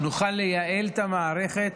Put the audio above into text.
נוכל לייעל את המערכת